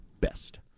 best